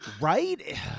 Right